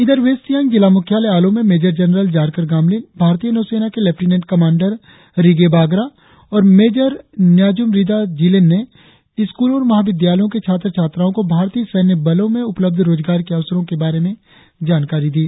इधर वेस्ट सियांग जिला मुख्यालय आलो में मेजर जनरल जारकर गामलिन भारतीय नौ सेना के लेफ्टिनेंट कमांडर रिगे बागरा और मेजर न्याजूम रिदा जिलेन ने स्कूलों और महा विद्यालयों के छात्र छात्राओं को भारतीय सैन्य बलों में उपलब्ध रोजगार के अवसरों के बारे में जानकारी दी